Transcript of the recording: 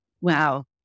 Wow